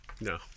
No